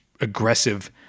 aggressive